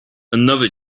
another